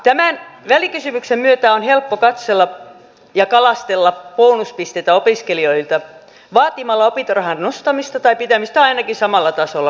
tämän välikysymyksen myötä on helppo kalastella bonuspisteitä opiskelijoilta vaatimalla opintorahan nostamista tai pitämistä ainakin samalla tasolla